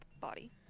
body